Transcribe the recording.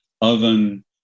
oven